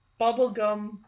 bubblegum